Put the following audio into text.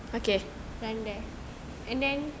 done there and then